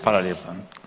Hvala lijepa.